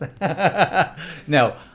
No